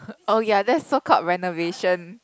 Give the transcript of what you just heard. oh ya that's so called renovation